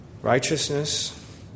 Righteousness